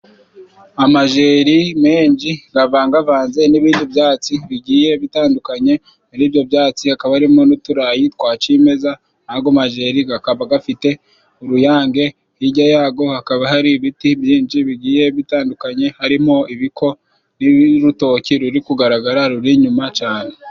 Amajeri menshi gavangavanze n'ibindi byatsi bigiye bitandukanye, muri ibyo byatsi hakaba harimo n'uturayi twa cimeza, n'ago majeri gakaba gafite uruyange. Hirya yago hakaba hari ibiti byinshi bigiye bitandukanye, harimo ibiko n'urutoke ruri kugaragara ruri inyuma cane.